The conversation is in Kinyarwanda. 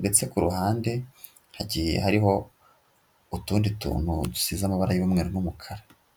ndetse ku ruhande hagiye hariho utundi tuntu dusize amabara y'umweru n'umukara.